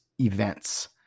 events